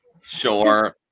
Sure